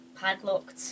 padlocked